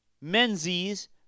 menzies